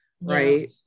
right